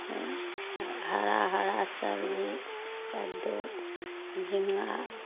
आ हरा हरा सबजी कद्दू झींगा